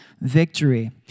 victory